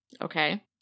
Okay